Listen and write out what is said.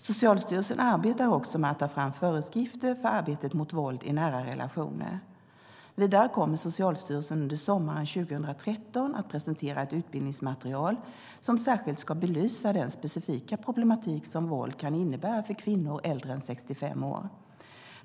Socialstyrelsen arbetar också med att ta fram föreskrifter för arbetet mot våld i nära relationer. Vidare kommer Socialstyrelsen under sommaren 2013 att presentera ett utbildningsmaterial som särskilt ska belysa den specifika problematik som våld kan innebära för kvinnor äldre än 65 år.